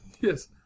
Yes